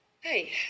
Hey